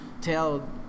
tell